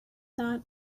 that